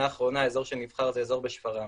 האחרונה האזור שנבחר זה אזור בשפרעם.